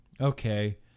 Okay